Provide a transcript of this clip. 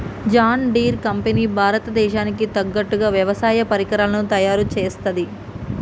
John Deere company Bharat దేశానికి తగ్గట్టుగా వ్యవసాయ పరికరాలను తయారుచేస్తది